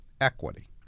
Equity